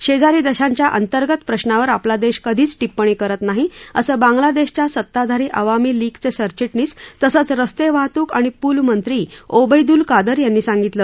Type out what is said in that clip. शेजारी देशांच्या अंतर्गत प्रश्रांवर आपला देश कधीच टिप्पणी करत नाही असं बांग्लादेशच्या सत्ताधारी अवामी लीगचे सरचिटणीस तसंच रस्ते वाहतूक आणि पूल मंत्री ओबैदूल कादर यांनी सांगितलं